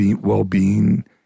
well-being